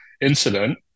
incident